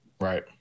Right